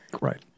right